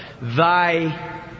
Thy